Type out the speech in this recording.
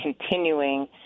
continuing